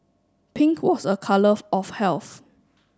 pink was a colour of health